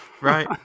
Right